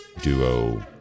duo